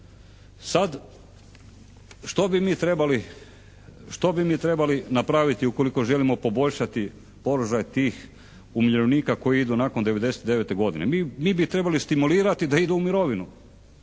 što bi mi trebali napraviti ukoliko želimo poboljšati položaj tih umirovljenika koji idu nakon 1999. godine? Mi bi ih trebali stimulirati da idu u mirovinu